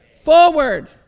forward